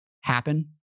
happen